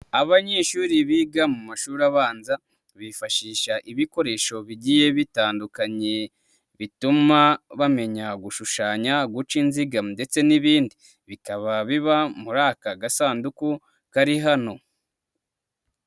Abanyeshuri biga mu mashuri abanza, bifashisha ibikoresho bigiye bitandukanye, bituma bamenya gushushanya, guca inziga ndetse n'ibindi, bikaba biba muri aka gasanduku kari hano.